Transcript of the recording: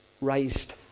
Raised